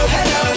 Hello